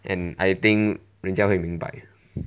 and I think 人家会明白